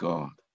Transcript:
God